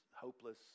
hopeless